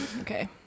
Okay